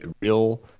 real